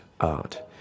art